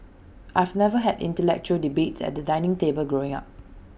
I've never had intellectual debates at the dining table growing up